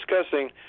discussing